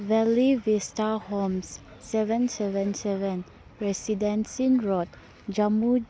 valley Vista homes seven seven seven residency road Jammu